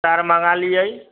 तार मँगा लियै